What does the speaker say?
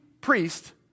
priest